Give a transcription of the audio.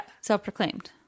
self-proclaimed